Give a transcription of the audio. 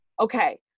Okay